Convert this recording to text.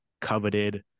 coveted